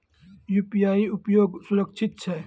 UPI उपयोग सुरक्षित छै?